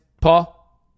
Paul